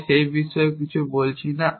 তাই আমি সে বিষয়ে কিছু বলছি না